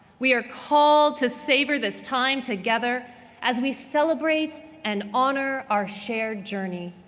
we are called to savor this time together as we celebrate and honor our shared journey.